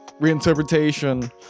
reinterpretation